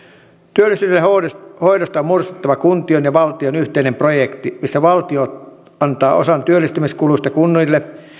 työllisyyden hoidosta hoidosta on muodostettava kuntien ja valtion yhteinen projekti missä valtio antaa osan työllistämiskuluista kunnille